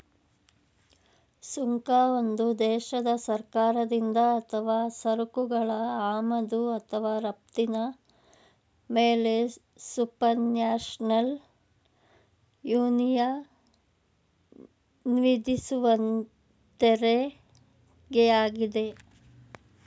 ಸುಂಕ ಒಂದು ದೇಶದ ಸರ್ಕಾರದಿಂದ ಅಥವಾ ಸರಕುಗಳ ಆಮದು ಅಥವಾ ರಫ್ತಿನ ಮೇಲೆಸುಪರ್ನ್ಯಾಷನಲ್ ಯೂನಿಯನ್ವಿಧಿಸುವತೆರಿಗೆಯಾಗಿದೆ